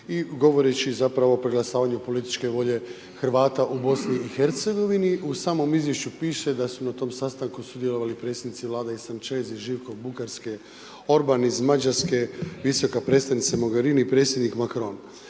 i govoreći zapravo o preglasavanju političke volje Hrvata u BiH-a. U samom izvješću piše da su na tom sastanku sudjelovali i predsjednici vlada i Sanchez i Živko Bugarske, Oran iz Mađarske, visoka predstavnica Mogherini i predstavnik Macron.